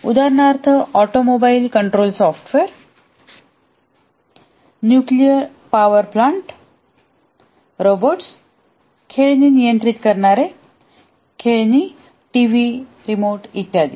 उदाहरणार्थ automobile control software nuclear power plant robots खेळणी नियंत्रित करणारे खेळणी टीव्ही रिमोट इत्यादी